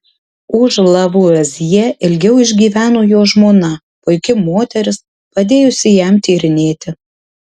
už lavuazjė ilgiau išgyveno jo žmona puiki moteris padėjusi jam tyrinėti